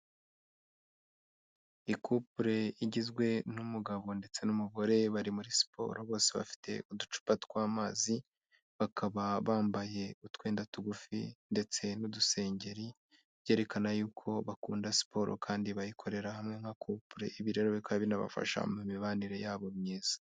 I kupure igizwe n'umugabo ndetse n'umugore bari muri siporo, bose bafite uducupa tw'amazi bakaba bambaye utwenda tugufi ndetse n'udusengeri, byerekana yuko bakunda siporo kandi bayikorera hamwe nka kupure, ibi rero bikaba binabafasha mu mibanire yabo myiza.